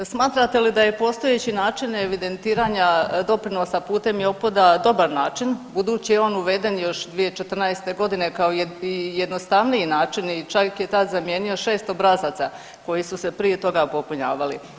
Smatrate li da je postojeći način evidentiranja doprinosa putem JOPPD-a dobar način budući je on uveden još 2014. godine kao jednostavniji način i čak je tad zamijenio 6 obrazaca koji su se prije toga popunjavali.